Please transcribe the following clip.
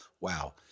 wow